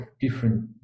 different